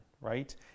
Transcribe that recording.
right